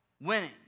winning